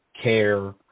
care